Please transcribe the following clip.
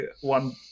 one